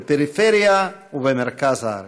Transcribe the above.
בפריפריה ובמרכז הארץ.